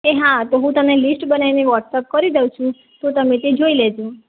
હા તો હું તમને લીસ્ટ બનાવીને વોટ્સઅપ કરી દઉં છું તો તમે તે જોઈ લેજો